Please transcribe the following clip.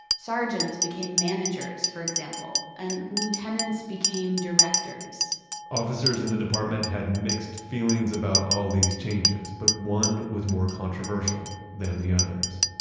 sergeants became managers for example, and lieutenants became directors officers in the department had mixed feelings about all of these changes, but one with more controversial than the others